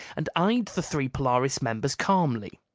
and eyed the three polaris members calmly.